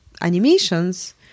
animations